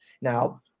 Now